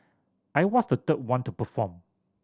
I was the third one to perform